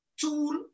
tool